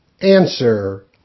Answer